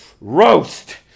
Roast